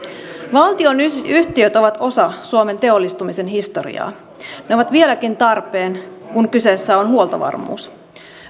valtionyhtiöt ovat osa suomen teollistumisen historiaa ne ovat vieläkin tarpeen kun kyseessä on huoltovarmuus